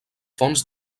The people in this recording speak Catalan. fonts